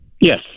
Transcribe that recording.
Yes